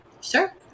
Sure